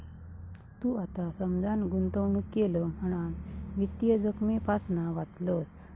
तू आता समजान गुंतवणूक केलं म्हणान वित्तीय जोखमेपासना वाचलंस